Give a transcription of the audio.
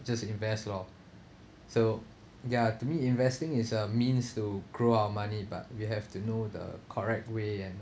just invest loh so ya to me investing is a means to grow our money but we have to know the correct way and